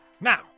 Now